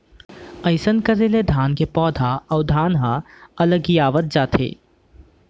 अइसन करे ले धान के पैरा अउ धान ह अलगियावत जाथे